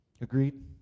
Agreed